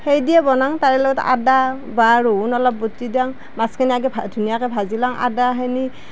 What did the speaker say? সেই দিয়ে বনাওঁ তাৰে লগত আদা ৰহুন অলপ বতি দাওঁ মাছখিনি আগে ধুনীয়াকৈ ভাজি লওঁ আদাখিনি